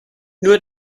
nur